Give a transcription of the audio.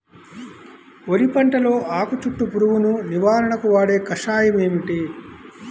వరి పంటలో ఆకు చుట్టూ పురుగును నివారణకు వాడే కషాయం ఏమిటి?